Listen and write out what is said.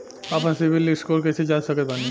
आपन CIBIL score कैसे जांच सकत बानी?